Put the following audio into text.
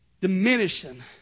diminishing